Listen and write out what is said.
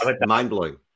mind-blowing